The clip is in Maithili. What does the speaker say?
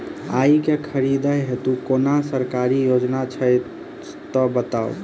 आइ केँ खरीदै हेतु कोनो सरकारी योजना छै तऽ बताउ?